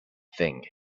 thing